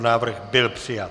Návrh byl přijat.